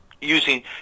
using